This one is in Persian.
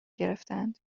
گرفتهاند